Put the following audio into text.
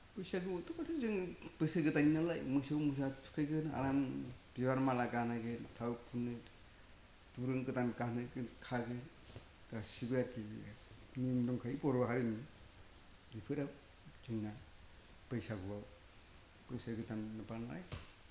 बैसागुआवथ' जोङो बोसोर गोदाननि नालाय मोसौ मोसा थुखैगोन आराम बिबार माला गानहोयो थाव फुनो दिरुन गोदान गानहोगोन खागोन गासैबो आरोखि बियो नियम दंखायो बर' हारिनि बेफोराव जोंना बैसागुआव बोसोरगोदान बानाय